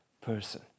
person